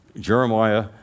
Jeremiah